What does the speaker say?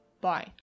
Bye